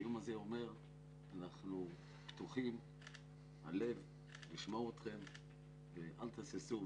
היום הזה אומר שאנחנו פתוחים לשמוע אתכם ואל תהססו.